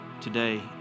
Today